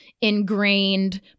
ingrained